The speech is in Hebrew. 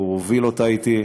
הוא הוביל אותה אתי,